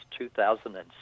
2007